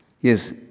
Yes